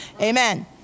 Amen